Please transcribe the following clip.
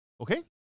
Okay